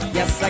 Yes